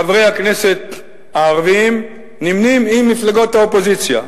חברי הכנסת הערבים נמנים עם מפלגות האופוזיציה.